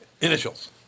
Initials